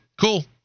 cool